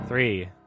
Three